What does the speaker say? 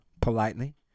Politely